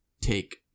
take